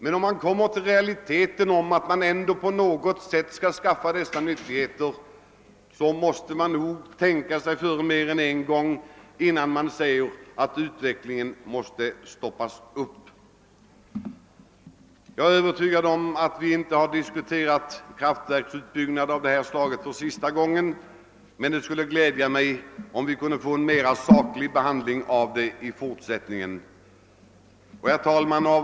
Men om man räknar med realiteter och på något sätt ändå vill använda dessa nyttigheter måste man nog tänka sig för mer än en gång, innan man säger att utvecklingen måste stoppas. Jag är övertygad om att vi nu inte diskuterar kraftverksutbyggnader av det här slaget för sista gången, men det skulle glädja mig om vi kunde få en mera saklig behandling i fortsättningen. Herr talman!